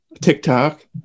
TikTok